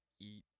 eat